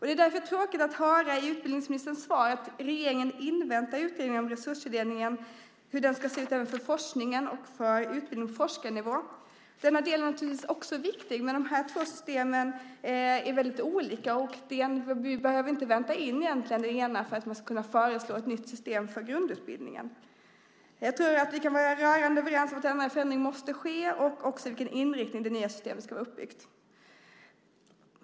Det är därför tråkigt att höra i utbildningsministerns svar att regeringen inväntar hur utredningen om resurstilldelningen ska se ut för forskningen och för utbildning på forskarnivå. Denna del är naturligtvis också viktig, men de här två systemen är väldigt olika, och vi behöver inte vänta in den delen för att kunna föreslå ett nytt system för grundutbildningen. Jag tror att vi kan vara rörande överens om att denna förändring måste ske och också med vilken inriktning det nya systemet ska vara uppbyggt.